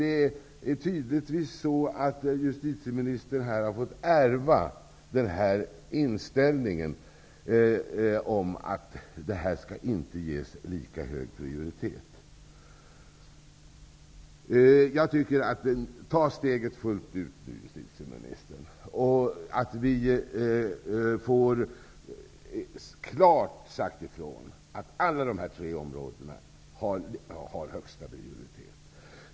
Det är tydligtvis så att justitieministern har fått ärva inställningen att ekobrottslighet inte skall ges lika hög prioritet som vålds och narkotikabrottslighet. Ta steget fullt ut, justitieministern, så att vi får klart sagt ifrån att alla dessa tre områden har högsta prioritet!